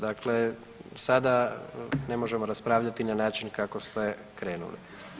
Dakle, sada ne možemo raspravljati na način kako ste krenuli.